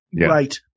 right